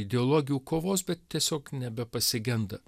ideologijų kovos bet tiesiog nebepasigenda